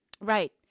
Right